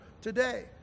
today